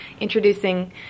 introducing